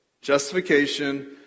Justification